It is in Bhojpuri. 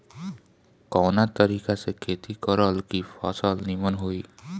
कवना तरीका से खेती करल की फसल नीमन होई?